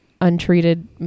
untreated